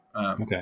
okay